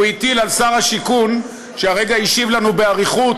הוא הטיל על שר השיכון שהרגע השיב לנו באריכות